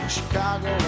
Chicago